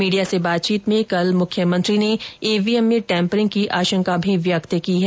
media से बातचीत में कल मुख्यमंत्री अशोक गहलोत ने ईवीएम में टेम्परिंग की आशंका भी व्यक्त की है